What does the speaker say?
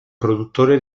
produttore